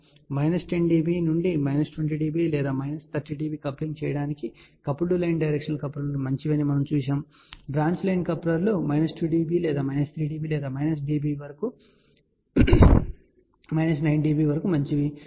కాబట్టి minus 10 dB నుండి minus 20 లేదా మైనస్ 30 dB కప్లింగ్ చేయడానికి కపుల్డ్ లైన్ డైరెక్షనల్ కప్లర్లు మంచివి అని మనము చూశాము అయితే బ్రాంచ్ లైన్ కప్లర్లు మైనస్ 2 dB లేదా మైనస్ 3 dB లేదా మైనస్ 9 dBవరకు మంచివి సరే